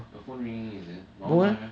your phone ringing is it my [one] don't have leh